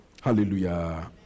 Hallelujah